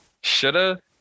shoulda